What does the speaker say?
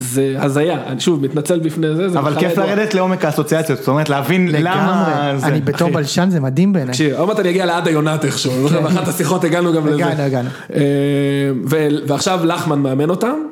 אז היה, אני שוב מתנצל בפני זה, אבל כיף לרדת לעומק האסוציאציות, זאת אומרת להבין למה, אני בתור בלשן זה מדהים בעיניי. תקשיב, אומרת אני אגיע לעדה יונת איכשהו, אחת השיחות הגענו גם לזה, הגענו, ועכשיו לחמן מאמן אותם.